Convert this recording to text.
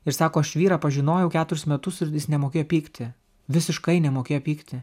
ir sako aš vyrą pažinojau keturis metus ir jis nemokėjo pykti visiškai nemokėjo pykti